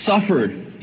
suffered